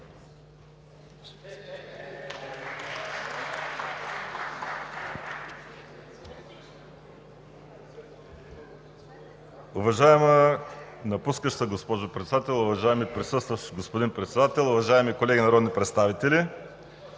Уважаема напускаща госпожо Председател, уважаеми присъстващ господин Председател, уважаеми колеги народни представители!